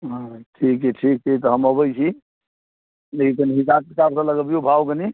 हँ ठीक ठीक छै तऽ हम अबैत छी नहि कनि हिसाब किताबसँ लगबियौ भाव कनि